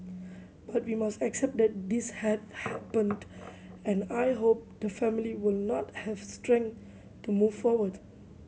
but we must accept that this has happened and I hope the family will not have strength to move forward